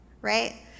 right